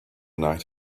night